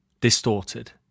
Distorted